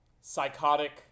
psychotic